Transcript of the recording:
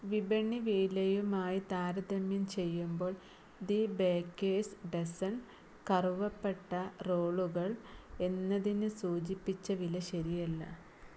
വിപണി വിലയുമായി താരതമ്യം ചെയ്യുമ്പോൾ ദി ബേക്കേഴ്സ് ഡസൻ കറുവപ്പട്ട റോളുകൾ എന്നതിന് സൂചിപ്പിച്ച വില ശരിയല്ല